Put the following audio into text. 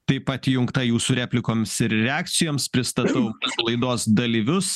taip pat įjungta jūsų replikoms ir reakcijoms pristatau laidos dalyvius